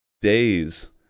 days